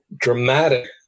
dramatic